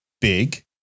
big